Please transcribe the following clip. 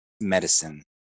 Medicine